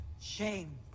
shame